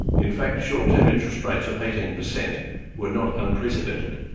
in fact short term interest rates of eighteen percent were not unprecedented.